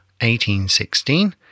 1816